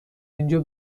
اینجا